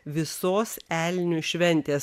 visos elnių šventės